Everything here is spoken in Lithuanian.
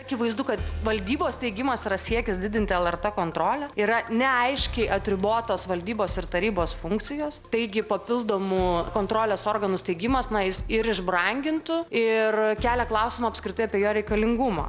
akivaizdu kad valdybos steigimas yra siekis didinti lrt kontrolę yra neaiški atribotos valdybos ir tarybos funkcijos taigi papildomų kontrolės organų steigimas na jis ir išbrangintų ir kelia klausimų apskritai apie jo reikalingumą